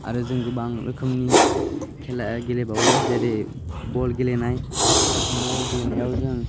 आरो जों गोबां रोखोमनि खेला गेलेबावो जेरै बल गेलेनाय बल गेलेनायाव जों